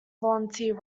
volunteer